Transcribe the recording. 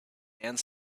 and